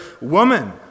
woman